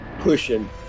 pushing